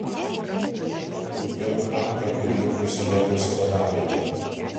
bomba nušlavė uzbekų tanką ir juo prisidengusią vadavietę